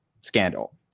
scandal